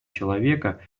человека